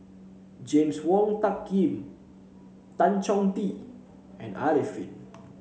James Wong Tuck Yim Tan Chong Tee and Arifin